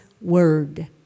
word